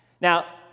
Now